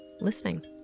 listening